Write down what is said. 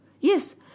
Yes